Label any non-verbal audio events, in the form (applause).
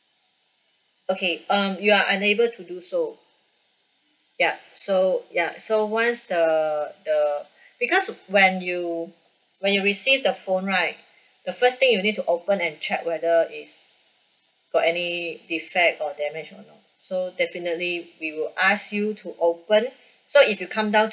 okay um you are unable to do so ya so ya so once the the (breath) because when you when you receive the phone right the first thing you need to open and check whether is got any defect or damage or not so definitely we will ask you to open so if you come down